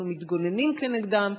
אנחנו מתגוננים כנגדן,